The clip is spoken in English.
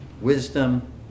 wisdom